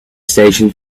station